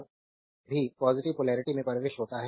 जब भी positive polarity में प्रवेश होता है